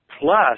Plus